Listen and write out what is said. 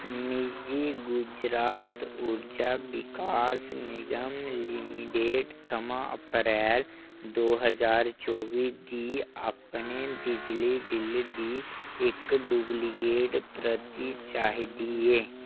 मिगी गुजरात ऊर्जा विकास निगम लिमिटड थमां अप्रैल दो ज्हार चौबी दी अपने बिजली बिल दी इक डुप्लीकेट प्रति चाहिदी ऐ